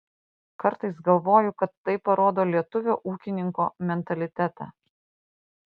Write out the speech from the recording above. kartais galvoju kad tai parodo lietuvio ūkininko mentalitetą